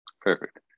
Perfect